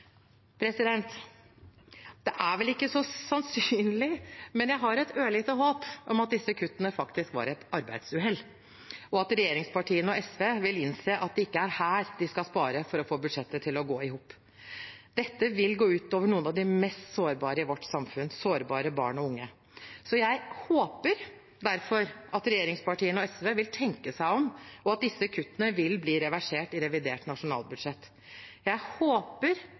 Det er vel ikke så sannsynlig, men jeg har et ørlite håp om at disse kuttene faktisk var et arbeidsuhell, og at regjeringspartiene og SV vil innse at det ikke er her de skal spare for å få budsjettet til å gå i hop. Dette vil gå ut over noen av de mest sårbare i vårt samfunn, sårbare barn og unge. Jeg håper derfor at regjeringspartiene og SV vil tenke seg om, og at disse kuttene vil bli reversert i revidert nasjonalbudsjett. Jeg håper